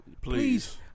Please